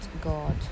God